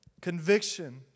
conviction